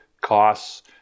costs